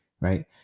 right